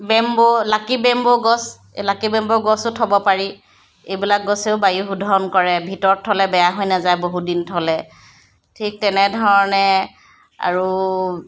bamboo lucky bamboo গছ এই lucky bamboo গছো থ'ব পাৰি এইবিলাক গছেও বায়ু শোধন কৰে ভিৰতৰ থ'লে বেয়া হৈ নাযায় বহুদিন থ'লে ঠিক তেনেধৰণে আৰু